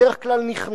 בדרך כלל נכנע,